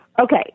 Okay